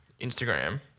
Instagram